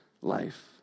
life